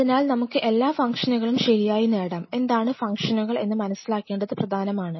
അതിനാൽ നമുക്ക് എല്ലാ ഫംഗ്ഷനുകളും ശരിയായി നേടാം എന്താണ് ഫംഗ്ഷനുകൾ എന്ന് മനസിലാക്കേണ്ടത് പ്രധാനമാണ്